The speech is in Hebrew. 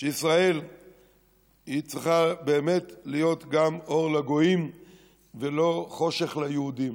שישראל צריכה באמת להיות גם אור לגויים ולא חושך ליהודים.